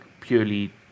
purely